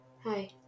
Hi